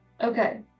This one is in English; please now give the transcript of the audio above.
Okay